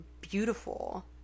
beautiful